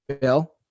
bill